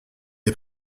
est